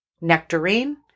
nectarine